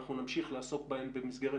אנחנו נמשיך לעסוק בהם במסגרת